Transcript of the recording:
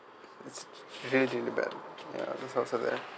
it's it really really bad ya also that